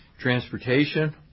Transportation